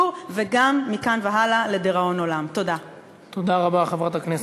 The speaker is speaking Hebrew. וזה קורה, למשל,